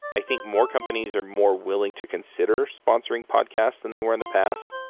i think more companies are more willing to consider sponsoring podcasts than they were in the past,